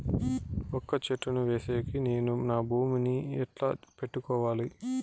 వక్క చెట్టును వేసేకి నేను నా భూమి ని ఎట్లా పెట్టుకోవాలి?